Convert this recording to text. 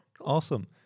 Awesome